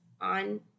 on